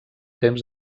temps